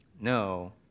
No